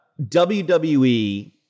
WWE